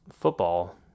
football